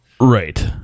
Right